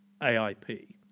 AIP